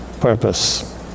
Purpose